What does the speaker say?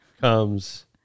comes